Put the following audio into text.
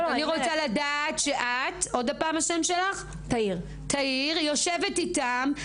אני רוצה לדעת שאת יושבת איתם,